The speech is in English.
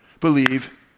believe